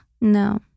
No